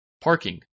Parking